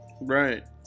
Right